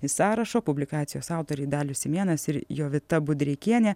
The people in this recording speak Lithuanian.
iš sąrašo publikacijos autoriai dalius simėnas ir jovita budreikienė